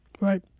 Right